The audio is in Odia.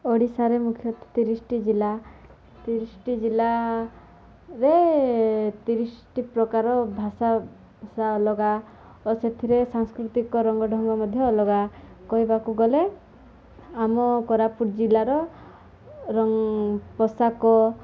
ଓଡ଼ିଶାରେ ମୁଖ୍ୟତ ତିରିଶିଟି ଜିଲ୍ଲା ତିରିଶିଟି ଜିଲ୍ଲାରେ ତିରିଶିଟି ପ୍ରକାର ଭାଷା ଭାଷା ଅଲଗା ଓ ସେଥିରେ ସାଂସ୍କୃତିକ ରଙ୍ଗ ଢଙ୍ଗ ମଧ୍ୟ ଅଲଗା କହିବାକୁ ଗଲେ ଆମ କୋରାପୁଟ ଜିଲ୍ଲାର ରଙ୍ଗ ପୋଷାକ